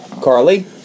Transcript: Carly